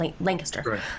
Lancaster